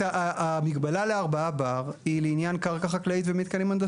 המגבלה ל-4 בר היא לעניין קרקע חקלאית